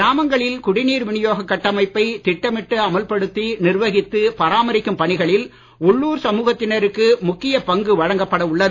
கிராமங்களில் குடிநீர் வினியோக கட்டமைப்பை திட்டமிட்டு பராமரிக்கும் பணிகளில் உள்ளுர் சமுகத்தினருக்கு முக்கிய பங்கு வழங்கப்பட உள்ளது